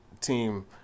team